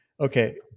okay